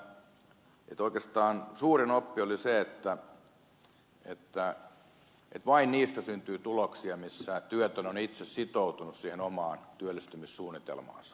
oikeastaan suurin oppi oli se että vain niistä syntyy tuloksia missä työtön on itse sitoutunut siihen omaan työllistymissuunnitelmaansa